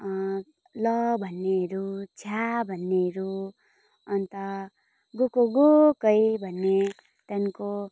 ल भन्नेहरू छ्याः भन्नेहरू अन्त गएकोगएकै भन्ने त्यहाँदेखिको